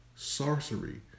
Sorcery